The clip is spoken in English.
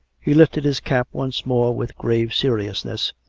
he lifted his cap once more with grave seriousness.